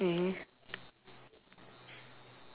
both blue and red oh ya mine is only the